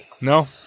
No